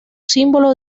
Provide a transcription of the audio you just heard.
símbolo